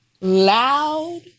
loud